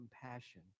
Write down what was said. compassion